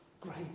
Great